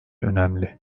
önemli